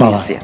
poštovana